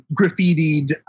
graffitied